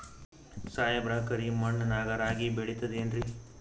ಸಾಹೇಬ್ರ, ಕರಿ ಮಣ್ ನಾಗ ರಾಗಿ ಬೆಳಿತದೇನ್ರಿ?